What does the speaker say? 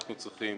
אנחנו צריכים